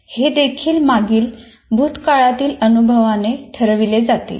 हे देखील मागील भूतकाळातील अनुभवाने ठरविले जाते